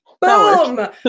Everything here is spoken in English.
Boom